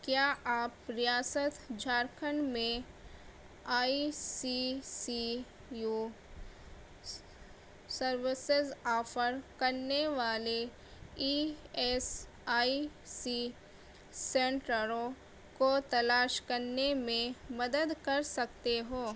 کیا آپ ریاست جھارکھنڈ میں I C C U services offer کرنے والے ای ایس آئی سی سینٹروں کو تلاش کرنے میں مدد کر سکتے ہو